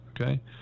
okay